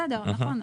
בסדר, נכון.